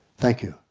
thank you.